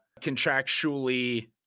contractually